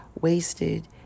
wasted